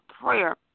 prayer